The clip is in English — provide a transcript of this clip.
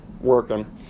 working